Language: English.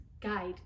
guide